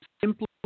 simply